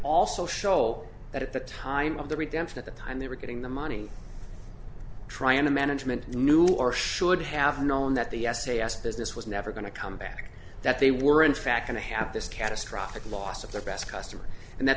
also show that at the time of the redemption at the time they were getting the money trying the management knew or should have known that the s a s business was never going to come back that they were in fact going to have this catastrophic loss of their best customers and that